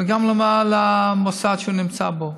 וגם למוסד שהוא נמצא בו.